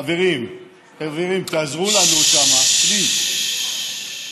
חברים, חברים תעזרו לנו שם, please,